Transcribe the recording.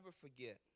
forget